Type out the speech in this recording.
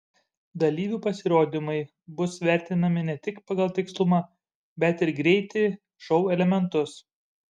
dalyvių pasirodymai bus vertinami ne tik pagal tikslumą bet ir greitį šou elementus